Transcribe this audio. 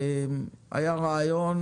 היה רעיון